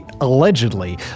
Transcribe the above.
allegedly